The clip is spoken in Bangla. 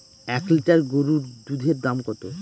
এক লিটার গরুর দুধের দাম কত?